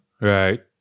Right